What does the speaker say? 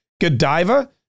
Godiva